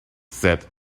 said